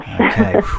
okay